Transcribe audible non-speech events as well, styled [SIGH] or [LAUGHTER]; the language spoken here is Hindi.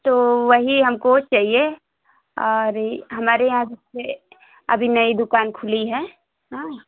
तो वही हमको चाहिए और इ हमारी [UNINTELLIGIBLE] अभी नहीं दुकान खुली है हाँ